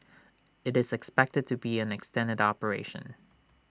IT is expected to be an extended operation